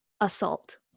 assault